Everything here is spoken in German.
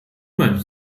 man